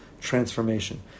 transformation